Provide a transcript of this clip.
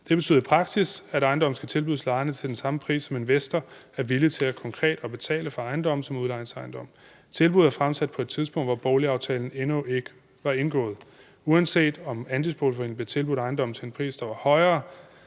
Det betyder i praksis, at ejendommen skal tilbydes lejerne til den samme pris, som investor er villig til konkret at betale for ejendommen som udlejningsejendom. Tilbuddet er fremsat på et tidspunkt, hvor boligaftalen endnu ikke var indgået. Uanset om andelsboligforeningen blev tilbudt ejendommen til en pris, der var højere,